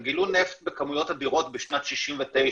הם גילו נפט בכמויות אדירות בשנת 1969,